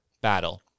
battle